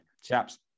Chaps